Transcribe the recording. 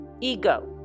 Ego